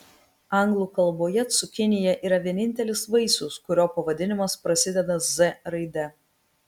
anglų kalboje cukinija yra vienintelis vaisius kurio pavadinimas prasideda z raide